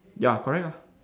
ya correct ah